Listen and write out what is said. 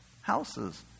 houses